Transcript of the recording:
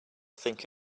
think